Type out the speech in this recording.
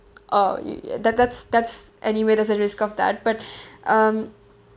uh y~ that that's that's anyway there's a risk of that but um